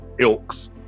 ilks